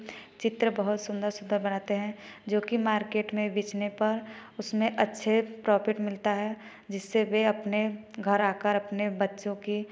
चित्र बहुत सुंदर सुंदर बनाते हैं जो कि मार्केट में बेचने पर उसमें अच्छे प्रॉपिट मिलता है जिससे वे अपने घर आकर अपने बच्चों की